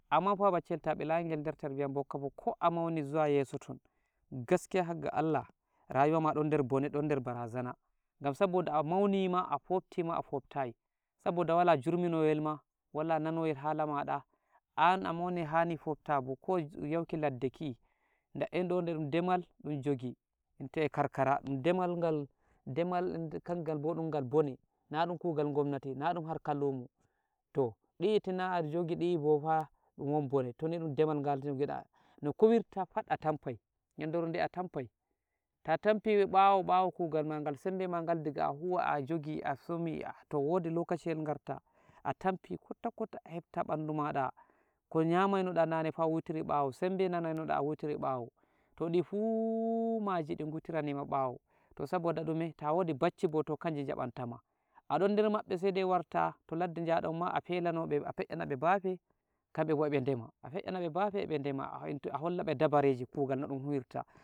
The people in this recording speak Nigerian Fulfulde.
Amma fah, baccel ta bilayi ngel der tarbiya boukka bo, ko a mauni, zuwa yeso ton gaskiya hagga Allah rayuwa maɗon der bone ɗon der barazana gam saboda amauni ma a fofti ma a foftayi saboda wala jurminoyel ma wala nanoyel hala maɗa an a mauni hani fofta bo ko yauki ladde kih da'en ɗo de dum demal dun njogi enta a karkara, demal gal, demal kangal bo ɗun gal bone naɗun kugal gwamnati naɗun harka lumo, to di to na a njogi dibo fa ɗun won bone toni ɗon demal gal njogida no kuwirta fat atampai, nyandere wonde atampai, ta tampi ɓawo-ɓawo kugal ma ngal sambe mangal dega a huwa a jogi, asomi, to wodi lokaciyel garta a tampi kota-kota a hefta ɓandu maɗa, ko nyamai noɗa nane fat wuitiri ɓawo, sembe nanaino da wuitiri ɓawo, to difuuu maji di guitiirani ma ɓawo, to saboda ɗume? ta wodi bacci bo, to kanji jaɓantama, aɗon der maɓɓe saide warta to ladde jaɗonma a felano ɓe, a feiyna be bafe kanbe bo e be ɗenma, a feiyna be bafe kanbe bo e be ɗenma, a hollaɓe dabareji kugal noɗun huwira